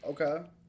Okay